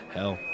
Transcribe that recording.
Hell